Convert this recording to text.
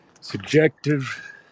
subjective